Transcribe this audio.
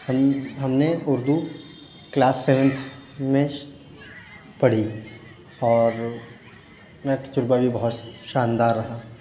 ہم ہم نے اُردو کلاس سیونتھ میں پڑھی اور اپنا تجربہ بھی بہت شاندار رہا